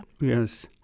Yes